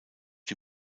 die